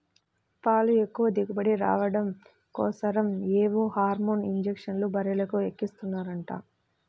పాలు ఎక్కువ దిగుబడి రాడం కోసరం ఏవో హార్మోన్ ఇంజక్షన్లు బర్రెలకు ఎక్కిస్తన్నారంట